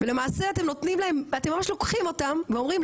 ולמעשה אתם ממש לוקחים אותם ואומרים,